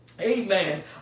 Amen